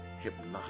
hypnotic